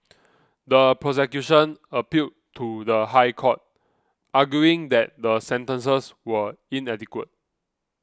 the prosecution appealed to the High Court arguing that the sentences were inadequate